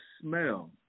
smell